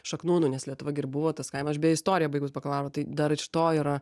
šaknų nu nes lietuva gi ir buvo tas kaimas aš beje istoriją baigus bakalaurą tai dar iš to yra